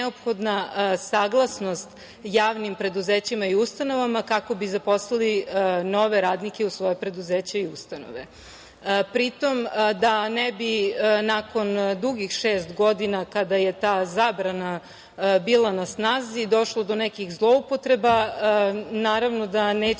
saglasnost javnim preduzećima i ustanovama kako bi zaposlili nove radnike u svoja preduzeća i ustanove. Pritom, da ne bi nakon dugih šest godina od kada je ta zabrana bila na snazi došlo do nekih zloupotreba, naravno da neće